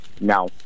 No